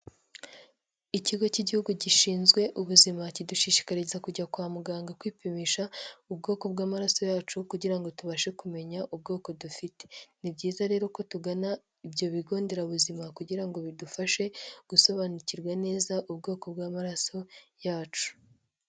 Ikigo cy'igihugu gishinzwe ubuzima kidushishikariza kujya kwa muganga kwipimisha ubwoko bw'amaraso yacu kugira ngo tubashe kumenya ubwoko dufite ni byiza rero ko tugana ibyo bigo nderabuzima kugira ngo bidufashe gusobanukirwa neza ubwoko bw'amaraso yacu.